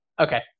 Okay